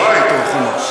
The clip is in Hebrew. אדוני, תשמע את התשובה.